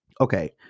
Okay